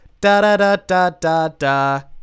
da-da-da-da-da-da